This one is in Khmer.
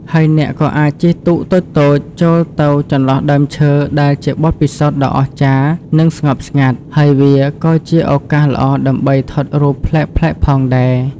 ហើយអ្នកក៏អាចជិះទូកតូចៗចូលទៅចន្លោះដើមឈើ ដែលជាបទពិសោធន៍ដ៏អស្ចារ្យ និងស្ងប់ស្ងាត់ ហើយវាក៏ជាឱកាសល្អដើម្បីថតរូបភាពប្លែកៗផងដែរ។